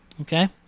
Okay